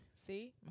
See